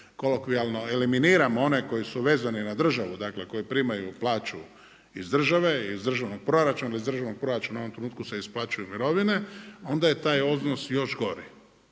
kolokvijalno eliminiramo one koji su vezani na državu, dakle koji primaju plaću iz države i iz državnog proračuna jer iz državnog proračuna u ovom trenutku se isplaćuju mirovine onda je taj odnos još gori.